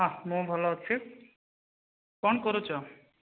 ହଁ ମୁଁ ଭଲ ଅଛି କ'ଣ କରୁଛ